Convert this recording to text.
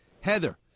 Heather